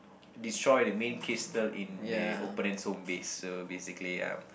destroy the main crystal in the opponents home base so basically um